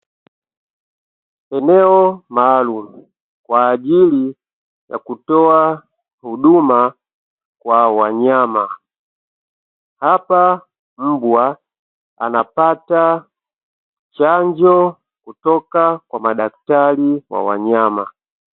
Eneo maalumu kwa ajili ya kutoa huduma kwa wanyama, hapa mbwa anapata chanjo kutoka kwa madaktari wa wanyama.